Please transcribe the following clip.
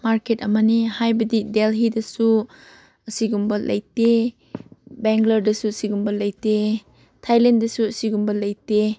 market ꯑꯃꯅꯤ ꯍꯥꯏꯕꯗꯤ ꯗꯦꯂꯤꯗꯁꯨ ꯑꯁꯤꯒꯨꯝꯕ ꯂꯩꯇꯦ ꯕꯦꯡꯒ꯭ꯂꯣꯔꯗꯁꯨ ꯁꯤꯒꯨꯝꯕ ꯂꯩꯇꯦ ꯊꯥꯏꯂꯦꯟꯗꯁꯨ ꯑꯁꯤꯒꯨꯝꯕ ꯂꯩꯇꯦ